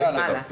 נכון,